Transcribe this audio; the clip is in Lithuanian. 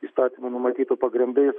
įstatymu numatytu pagrindais